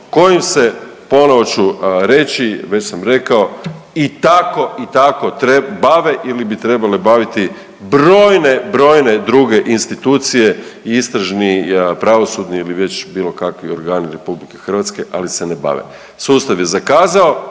kojim se, ponovo ću reći, već sam rekao i tako i tako bave ili bi trebale baviti brojne, brojne druge institucije i istražni pravosudni ili već bilo kakvi organi RH, ali se ne bave. Sustav je zakazao,